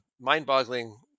mind-boggling